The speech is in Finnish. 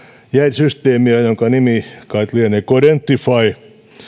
systeemiään jonka nimi kait lienee codentify